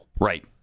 Right